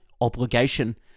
obligation